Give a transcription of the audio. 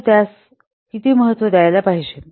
तर त्यास महत्त्व द्यायला पाहिजे